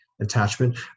attachment